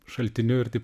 šaltiniu ir taip